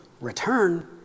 return